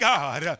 God